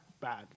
bad